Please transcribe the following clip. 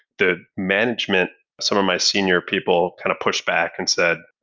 the management, some of my senior people kind of pushed back and said,